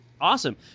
awesome